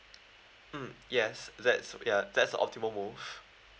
mm yes that's ya that's the optimal move